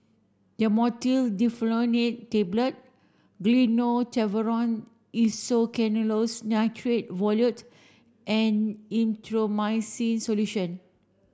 Dhamotil Diphenoxylate Tablets Gyno Travogen Isoconazoles Nitrate Ovule and Erythroymycin Solution